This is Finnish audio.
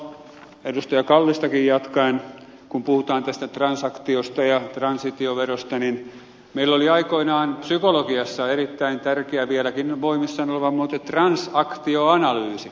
kallistakin jatkaen kun puhutaan tästä transaktiosta ja transaktioverosta niin meillä oli aikoinaan psykologiassa erittäin tärkeä vieläkin voimissaan oleva transaktioanalyysi